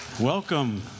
Welcome